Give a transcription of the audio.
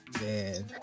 Man